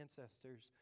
ancestors